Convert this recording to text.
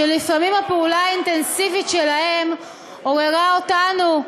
שלפעמים הפעולה האינטנסיבית שלהם עוררה אותנו,